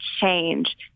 change